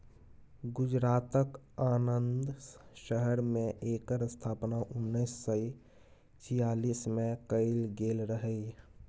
गुजरातक आणंद शहर मे एकर स्थापना उन्नैस सय छियालीस मे कएल गेल रहय